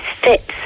fits